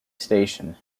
station